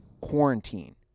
quarantine